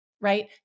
right